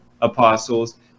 apostles